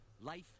Life